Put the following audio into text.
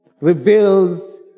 reveals